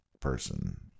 person